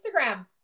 Instagram